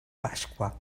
pasqua